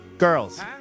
Girls